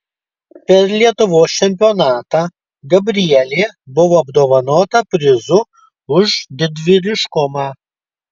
per lietuvos čempionatą gabrielė buvo apdovanota prizu už didvyriškumą